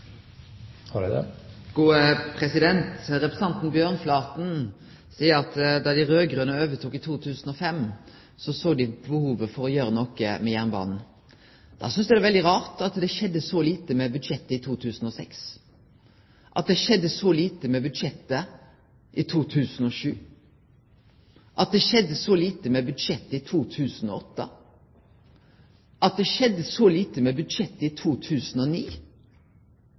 Representanten Bjørnflaten seier at da dei raud-grøne overtok i 2005, såg dei behovet for å gjere noko med jernbanen. Da synest eg det er veldig rart at det skjedde så lite med budsjettet i 2006, at det skjedde så lite med budsjettet i 2007, at det skjedde så lite med budsjettet i 2008, at det skjedde så lite med budsjettet i 2009.